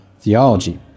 theology